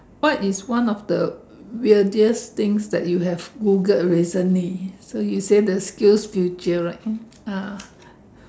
what is one of the weirdest things that you have Googled recently so you say the skills future right ah